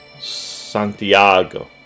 Santiago